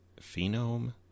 phenome